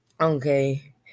okay